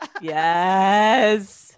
yes